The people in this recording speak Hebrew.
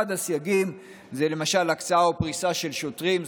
אחד הסייגים זה למשל הקצאה או פריסה של שוטרים,